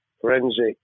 forensic